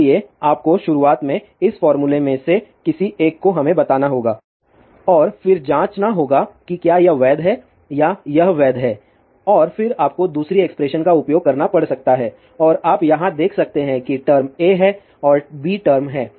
इसलिए आपको शुरुआत में इस फॉर्मूले में से किसी एक को हमें बताना होगा और फिर जांचना होगा कि क्या यह वैध है या यह वैध है और फिर आपको दूसरी एक्सप्रेशन का उपयोग करना पड़ सकता है और आप यहां देख सकते हैं कि टर्म A है और B टर्म है